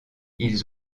ils